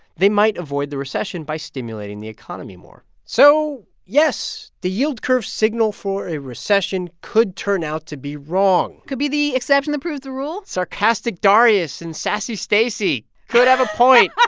they might avoid the recession by stimulating the economy more so, yes, the yield curve's signal for a recession could turn out to be wrong could be the exception that proves the rule sarcastic darius and sassy stacey could have a point but